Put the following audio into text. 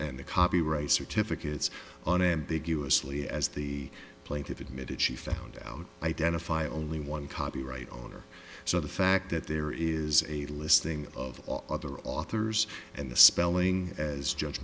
and the copyright certificates on ambiguously as the plaintiff admitted she found out identify only one copyright owner so the fact that there is a listing of other authors and the spelling as judge